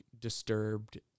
disturbed